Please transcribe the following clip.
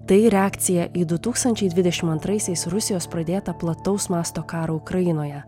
tai reakcija į du tūkstančiai dvidešimt antraisiais rusijos pradėtą plataus masto karą ukrainoje